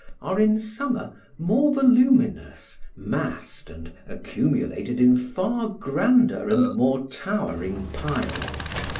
are in summer more voluminous, massed and accumulated in far grander and more towering piles.